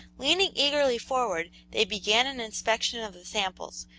leaning eagerly forward, they began an inspection of the samples,